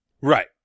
Right